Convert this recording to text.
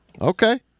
Okay